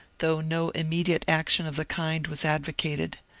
though no immediate action of the kind was advocated.